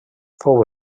fou